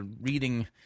reading